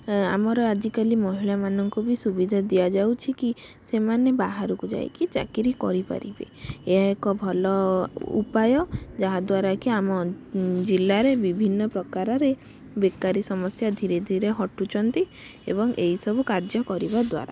ଆମର ଆଜିକାଲି ମହିଳାମାନଙ୍କୁ ବି ସୁବିଧା ଦିଆଯାଉଛି କି ସେମାନେ ବାହାରକୁ ଯାଇକି ଚାକିରୀ କରିପାରିବେ ଏହା ଏକ ଭଲ ଉପାୟ ଯାହାଦ୍ଵାରାକି ଆମ ଜିଲ୍ଲାରେ ବିଭିନ୍ନ ପ୍ରକାରରେ ବେକାରୀ ସମସ୍ୟା ଧୀରେ ଧୀରେ ହଟୁଛନ୍ତି ଏବଂ ଏଇସବୁ କାର୍ଯ୍ୟ କରିବା ଦ୍ଵାରା